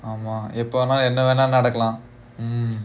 ஆமா எப்போவேனா என்ன வேனா நடக்கலாம்:aamaa eppovenaa enna venaa nadakalaam mm